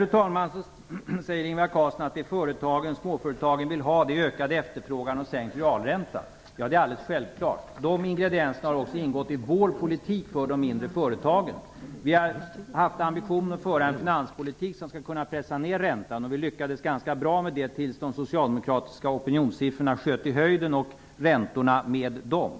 Ingvar Carlsson säger att det som småföretagen vill ha är ökad efterfrågan och sänkt realränta. Ja, det är självklart. De ingredienserna har också ingått i vår politik för de mindre företagen. Vi har haft ambitionen att föra en finanspolitik som skall kunna pressa ner räntan. Vi lyckades ganska bra med det tills de socialdemokratiska opinionssiffrorna sköt i höjden och räntorna med dem.